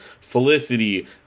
Felicity